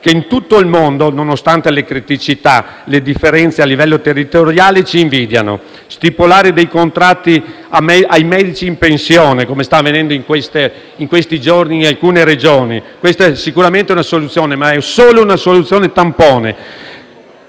che in tutto il mondo, nonostante le criticità e le differenze a livello territoriale, ci invidiano. Stipulare dei contratti ai medici in pensione, come sta avvenendo in questi giorni in alcune Regioni, è sicuramente una soluzione, ma è solo una soluzione tampone.